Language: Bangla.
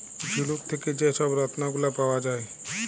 ঝিলুক থ্যাকে যে ছব রত্ল গুলা পাউয়া যায়